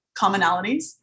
commonalities